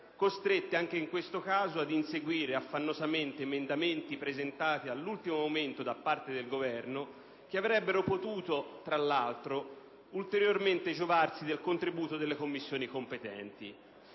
costrette, anche in questo caso, ad inseguire affannosamente emendamenti presentati all'ultimo momento da parte del Governo, che avrebbero potuto, tra l'altro, ulteriormente giovarsi del contributo delle Commissioni competenti.